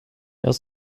jag